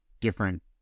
different